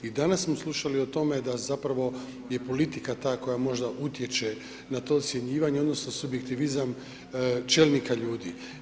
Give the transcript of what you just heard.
I danas smo slušali o tome da zapravo je politika ta koja možda utječe na to ocjenjivanje odnosno subjektivizam čelnika ljudi.